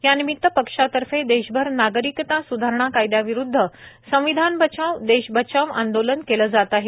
यानिमित पक्षातर्फे देशभरनागरिकता स्धारणा कायद्याविरुद्ध संविधान बचाव देश बचाव आंदोलन केलं जात आहे